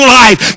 life